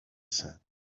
said